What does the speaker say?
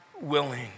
willing